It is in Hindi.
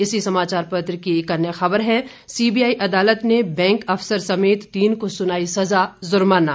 इसी समाचार पत्र की एक अन्य खबर है सीबीआई अदालत ने बैंक अफसर समेत तीन को सुनाई सजा जुर्माना